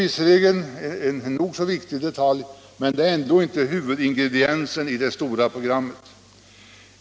Visserligen är detta en nog så viktig detalj, men ändå inte huvudingrediensen i det stora programmet.